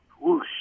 Whoosh